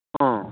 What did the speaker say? ꯑꯥ